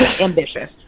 ambitious